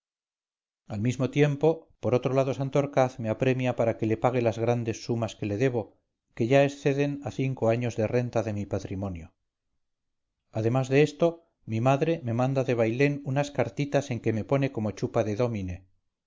al mismo tiempo por otro lado santorcaz me apremia para que le pague las grandes sumas que le debo y que ya exceden a cinco años de renta de mi patrimonio además de esto mi madre me manda de bailén unas cartitas en que me pone como chupa de dómine